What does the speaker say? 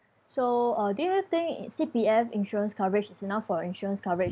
so uh do you think C_P_F insurance coverage is enough for insurance coverage